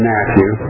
Matthew